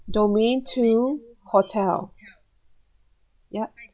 domain two hotel yup